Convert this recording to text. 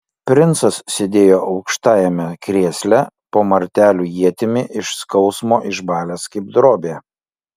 princas sėdėjo aukštajame krėsle po martelių ietimi iš skausmo išbalęs kaip drobė